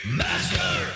master